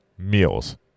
meals